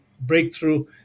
breakthrough